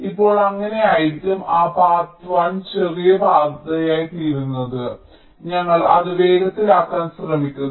ഇപ്പോൾ അങ്ങനെയായിരിക്കാം ആ പാത 1 ചെറിയ പാതയായിരുന്നു ഞങ്ങൾ അത് വേഗത്തിലാക്കാൻ ശ്രമിക്കുന്നു